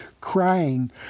crying